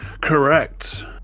correct